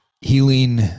healing